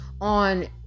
on